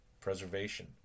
preservation